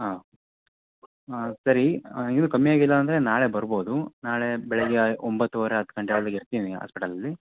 ಹಾಂ ಹಾಂ ಸರಿ ಇನ್ನೂ ಕಮ್ಮಿ ಆಗಿಲ್ಲ ಅಂದರೆ ನಾಳೆ ಬರ್ಬೋದು ನಾಳೆ ಬೆಳಗ್ಗೆ ಒಂಬತ್ತುವರೆ ಹತ್ತು ಗಂಟೆ ಒಳಗೆ ಇರ್ತೀನಿ ಆಸ್ಪಿಟಲಲ್ಲಿ